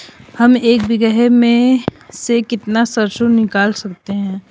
हम एक बीघे में से कितनी सरसों निकाल सकते हैं?